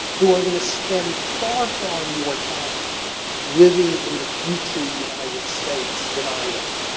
who are going to spend far, far more time living in the future united states than i am,